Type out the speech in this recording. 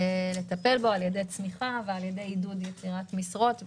לטפל בו על ידי צמיחה ועל ידי עידוד יצירת משרות וכולי.